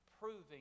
proving